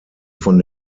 von